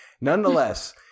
Nonetheless